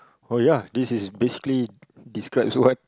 oh ya this is basically describes what